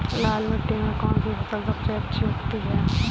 लाल मिट्टी में कौन सी फसल सबसे अच्छी उगती है?